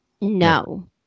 No